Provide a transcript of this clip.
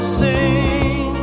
sing